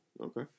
Okay